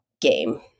game